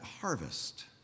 harvest